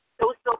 social